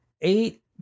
eight